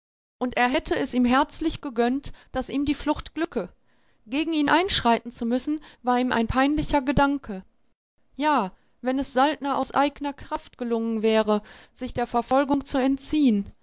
und er hätte es ihm herzlich gegönnt daß ihm die flucht glücke gegen ihn einschreiten zu müssen war ihm ein peinlicher gedanke ja wenn es saltner aus eigner kraft gelungen wäre sich der verfolgung zu entziehen